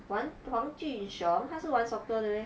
玩黄俊雄他是玩 soccer 的 meh